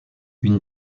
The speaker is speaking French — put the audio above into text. une